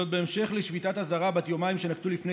בהמשך לשביתת אזהרה בת יומיים שנקטו לפני